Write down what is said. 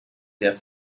der